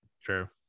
true